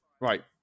Right